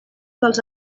dels